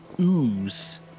ooze